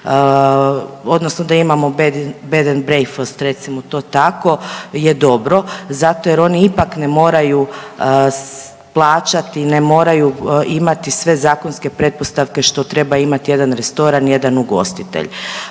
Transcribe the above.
odnosno da imamo jedan bed and breakfast recimo to tako je dobro zato jer oni ipak ne moraju plaćati, ne moraju imati sve zakonske pretpostavke što treba imati jedan restoran, jedan ugostitelj.